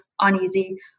uneasy